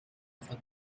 von